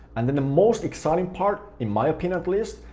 and then the most exciting part, in my opinion at least,